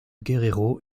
guerrero